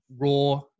raw